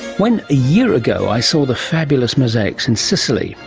when a year ago i saw the fabulous mosaics in sicily,